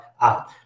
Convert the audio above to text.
out